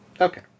Okay